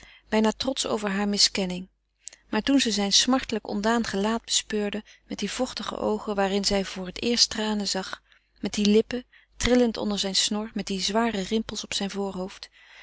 bijna trotsch over haar miskenning maar toen ze zijn smartelijk ontdaan gelaat bespeurde met die vochtige oogen waarin zij voor het eerst tranen zag met die lippen trillend onder zijn snor met die zware rimpels op zijn voorhoofd